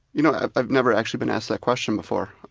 you know, i've i've never actually been asked that question before.